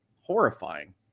horrifying